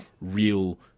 real